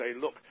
look